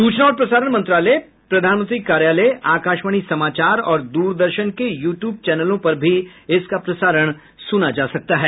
सूचना और प्रसारण मंत्रालय प्रधानमंत्री कार्यालय आकाशवाणी समाचार और दूरदर्शन के यू ट्यूब चैनलों पर भी इसका प्रसारण सुना जा सकता है